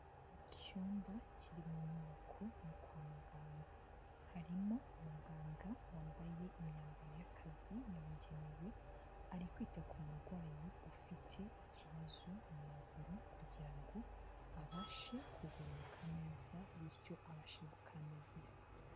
Icyumba kiri mu nyubako yo kwa muganga. Harimo muganga wambaye imyambaro y'akazi yamugenewe ari kwita ku murwayi ufite ikibazo mu maguru kugira ngo abashe kugororoka neza bityo abashe gukandagira.